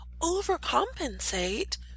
overcompensate